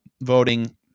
voting